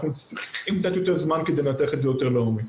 אנחנו צריכים קצת יותר זמן כדי לנתח את זה יותר לעומק.